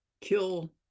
kill